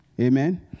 Amen